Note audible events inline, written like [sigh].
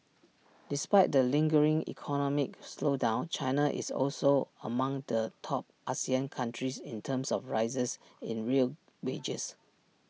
[noise] despite the lingering economic slowdown China is also among the top Asian countries in terms of rises in real wages